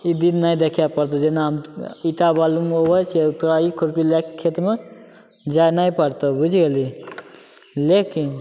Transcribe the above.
ई दिन नहि देखै पड़तौ जेना ईंटा बालूमे उघै छिए तोहरा ई खुरपी लैके खेतमे जाए नहि पड़तौ बुझि गेलही लेकिन